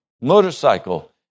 motorcycle